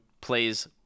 plays